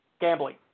gambling